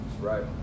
Right